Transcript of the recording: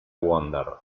wonder